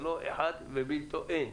זה לא אחד ובלתו אין.